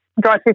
drive